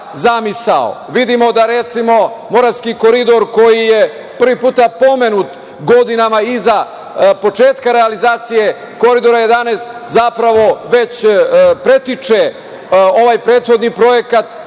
da Moravski koridor koji je prvi put pomenut, godinama iza početka realizacije, Koridora 11 zapravo već pretiče ovaj prethodni projekat,